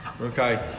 Okay